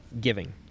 giving